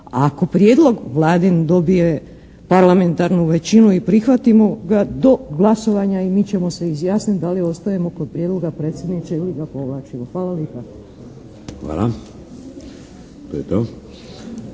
Ako prijedlog Vladin dobije parlamentarnu većinu i prihvatimo ga do glasovanja i mi ćemo se izjasniti da li ostajemo kod prijedloga predsjedniče ili ga povlačimo. Hvala lijepo.